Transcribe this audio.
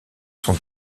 sont